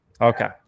Okay